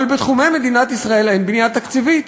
אבל בתחומי מדינת ישראל אין בנייה תקציבית,